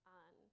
on